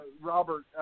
Robert